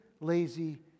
lazy